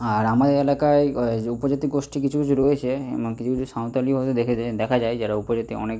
আর আমাদের এলাকায় যে উপজাতি গোষ্ঠী কিছু কিছু রয়েছে কিছু কিছু সাঁওতালি হয়তো দেখেছে দেখা যায় যারা উপজাতি অনেক